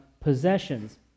possessions